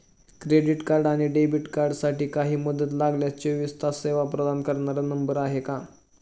Credit आणि debit कार्डसाठी काही मदत लागल्यास चोवीस तास सेवा प्रदान करणारा नंबर आहे का?